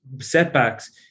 setbacks